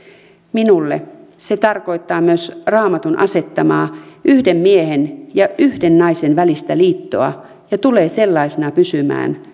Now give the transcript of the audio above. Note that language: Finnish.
minulle se tarkoittaa myös raamatun asettamaa yhden miehen ja yhden naisen välistä liittoa ja tulee sellaisena pysymään